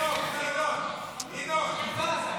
התשפ"ג2023 ,